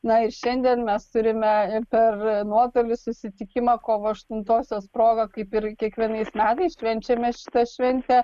na ir šiandien mes turime per nuotolį susitikimą kovo aštuntosios proga kaip ir kiekvienais metais švenčiame šitą šventę